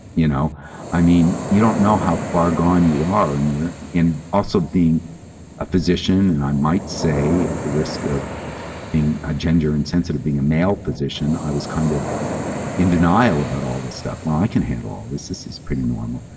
you know i mean you don't know how far gone you are in and also being a physician and i might say at the risk of being a gender insensitive, being a male physician, i was kind of in denial about all this stuff. well, i can handle all this. this is pretty normal.